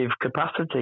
capacity